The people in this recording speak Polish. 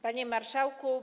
Panie Marszałku!